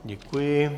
Děkuji.